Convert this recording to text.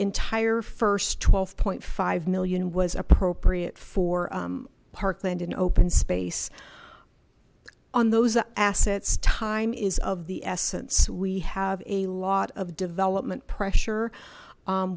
entire first twelve point five million was appropriate for parkland in open space on those assets time is of the essence we have a lot of development pressure